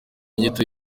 inyito